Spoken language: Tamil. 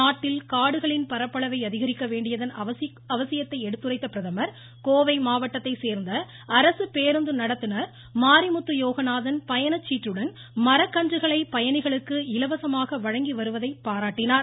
நாட்டில் காடுகளின் பரப்பளவை அதிகரிக்க வேண்டியதன் அவசியத்தை சுட்டிக்காட்டிய பிரதமர் கோவை மாவட்டத்தை சேர்ந்த அரசுப் பேருந்து நடத்துநர் மாரிமுத்து யோகநாதன் பயணச்சீட்டுடன் மரக்கன்றுகளை பயணிகளுக்கு இலவசமாக வழங்கி வருவதை பாராட்டினார்